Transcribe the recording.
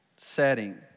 setting